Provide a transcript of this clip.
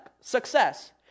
success